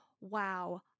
wow